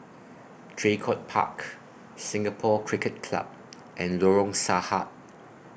Draycott Park Singapore Cricket Club and Lorong Sarhad